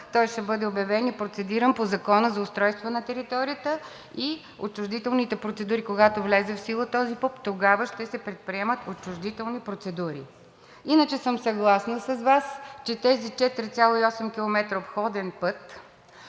Той ще бъде обявен и процедиран по Закона за устройство на територията и отчуждителните процедури, когато влезе в сила този ПУП, тогава ще се предприемат отчуждителни процедури. Иначе съм съгласна с Вас, че тези 4,8 км обходен път